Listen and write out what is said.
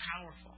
powerful